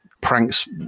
pranks